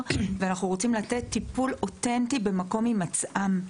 ואנחנו רוצים לתת טיפול אותנטי במקום הימצאם,